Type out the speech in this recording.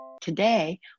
Today